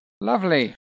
Lovely